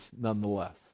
nonetheless